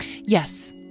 Yes